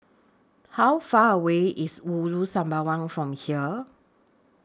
How Far away IS Ulu Sembawang from here